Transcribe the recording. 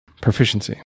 proficiency